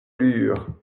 lurent